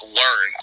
learn